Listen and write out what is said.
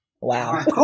Wow